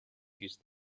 used